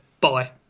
bye